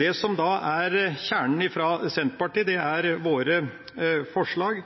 Kjernen i dette for Senterpartiets del er